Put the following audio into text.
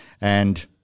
and-